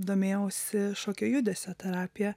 domėjausi šokio judesio terapija